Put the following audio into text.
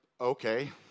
okay